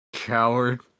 Coward